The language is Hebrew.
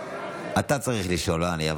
אתה צריך לשאול, לא אני.